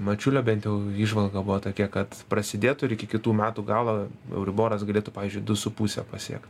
mačiulio bent jau įžvalga buvo tokia kad prasidėtų ir iki kitų metų galo euriboras galėtų pavyzdžiui du su puse pasiekt